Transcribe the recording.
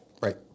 Right